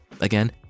Again